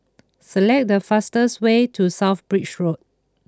select the fastest way to South Bridge Road